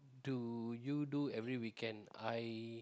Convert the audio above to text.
do you do every weekend I